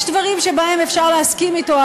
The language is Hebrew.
יש דברים שבהם אפשר להסכים אתו,